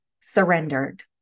surrendered